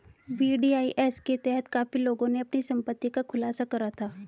VDIS के तहत काफी लोगों ने अपनी संपत्ति का खुलासा करा था